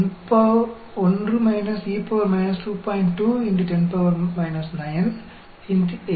इसके पास एक EXPONDIST है e 176x10 7 x 80 वर्ष सही आप 176x10 7 प्राप्त करते हैं आप समझे